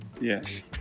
Yes